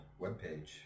webpage